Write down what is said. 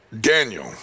Daniel